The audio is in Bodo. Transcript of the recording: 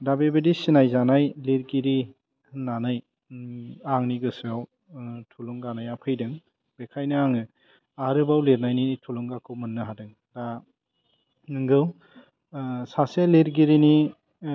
दा बेबायदि सिनाय जानाय लिरगिरि होन्नानै आंनि गोसोआव थुलुंगानाया फैदों बेखायनो आङो आरोबाव लेरनायनि थुलुंगाखौ मोन्नो हादों दा नोंगौ सासे लिरगिरिनि